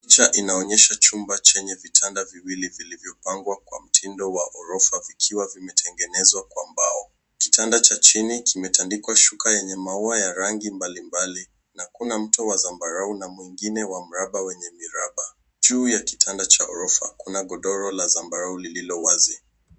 Picha inaonyesha chumba chenye vitanda viwili vilivyopangwa kwa mtindo wa ghorofa vikiwa vimetengenezwa kwa mbao. Kitanda cha chini kimetandikwa shuka enye maua ya rangi mbalimbali na kuna mto wa zambarau na mwingine wa mraba wenye miraba. Juu ya kitanda cha ghorofa kuna godoro la zambarau lililowazi.